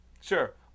Sure